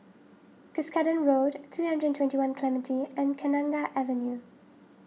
Cuscaden Road three hundred and twenty one Clementi and Kenanga Avenue